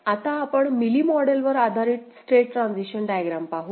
आता आपण Mealy model वर आधारित स्टेट ट्रान्झिशन डायग्राम पाहू